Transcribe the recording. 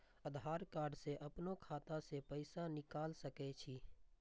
आधार कार्ड से अपनो खाता से पैसा निकाल सके छी?